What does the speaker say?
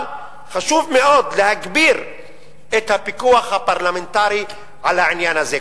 אבל חשוב מאוד להגביר את הפיקוח הפרלמנטרי על העניין הזה.